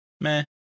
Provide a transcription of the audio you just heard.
Meh